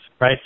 right